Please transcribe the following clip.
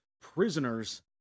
prisoners